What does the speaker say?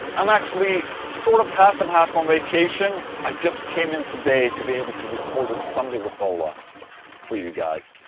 i'm actually sort of half-and-half on vacation. i just came in today to be able to record a sunday with ola for you guys